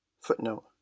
Footnote